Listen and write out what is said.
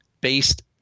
based